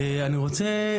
אני רוצה,